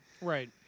right